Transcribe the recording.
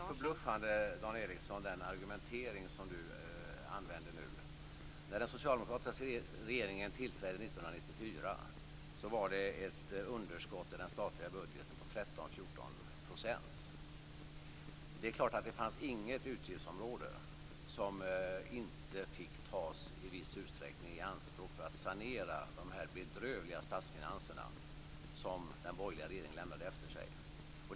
Fru talman! Den argumentering som Dan Ericsson använde nu är lite förbluffande. 1994 var det ett underskott i den statliga budgeten på 13-14 %. Det är klart att det fanns inget utgiftsområde som inte i viss utsträckning fick tas i anspråk för att sanera de bedrövliga statsfinanserna som den borgerliga regeringen lämnade efter sig.